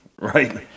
Right